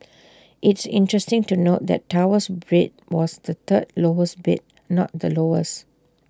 it's interesting to note that Tower's bid was the third lowest bid not the lowest